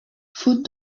faute